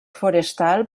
forestal